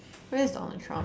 but that's Donald Trump